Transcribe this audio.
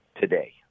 today